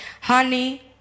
honey